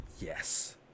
Yes